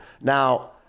Now